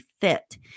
fit